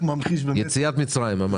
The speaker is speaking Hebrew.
יציאת מצרים ממש.